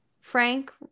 Frank